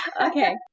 Okay